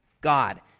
God